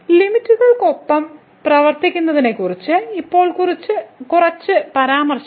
ലിമിറ്റ്കൾക്കൊപ്പം പ്രവർത്തിക്കുന്നതിനെക്കുറിച്ച് ഇപ്പോൾ കുറച്ച് പരാമർശങ്ങൾ